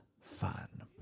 fun